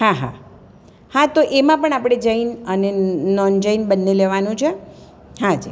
હા હા હા તો એમાં પણ આપણે જૈન અને નોન જૈન બંને લેવાનું છે હા જી